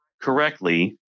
correctly